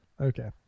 Okay